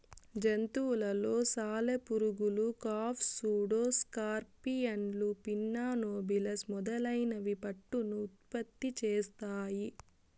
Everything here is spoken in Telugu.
జంతువులలో సాలెపురుగులు, కార్ఫ్, సూడో స్కార్పియన్లు, పిన్నా నోబిలస్ మొదలైనవి పట్టును ఉత్పత్తి చేస్తాయి